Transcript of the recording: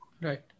right